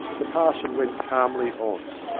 the parson went calmly on.